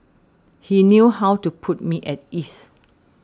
he knew how to put me at ease